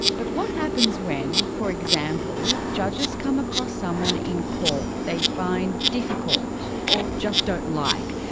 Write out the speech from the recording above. but what happens when for example judges come across someone in court they find difficult or just don't like,